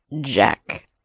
Jack